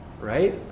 Right